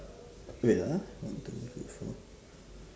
wait ah one two three four